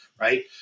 right